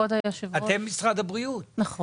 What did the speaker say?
ההחלטה נתונה